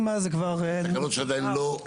תקנות שעדיין לא.